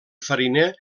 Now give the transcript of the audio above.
fariner